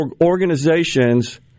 organizations